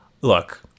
Look